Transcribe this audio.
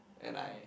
and I